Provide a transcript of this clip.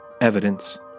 evidence